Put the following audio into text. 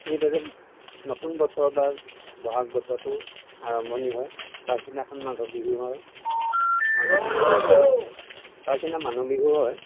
এইদৰে নতুন বছৰ বা বহাগ বছৰটো আৰম্ভণি হয় পাছদিনাখন মাঘ বিহু হয় মাঘৰ বিহু পাছদিনা মানুহ বিহু হয়